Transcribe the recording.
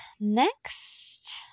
next